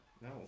No